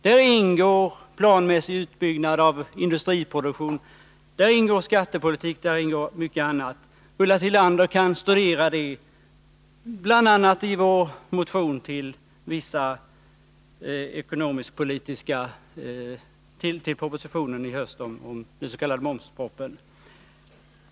Däri ingår planmässig utbyggnad av industriproduktion, däri ingår skattepolitik, däri ingår mycket annat. Ulla Tillander kan studera det bl.a. i vår motion med anledning av höstens s.k. momsproposition.